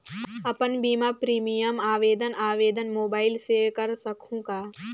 अपन बीमा प्रीमियम आवेदन आवेदन मोबाइल से कर सकहुं का?